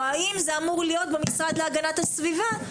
או האם זה אמור להיות במשרד להגנת הסביבה,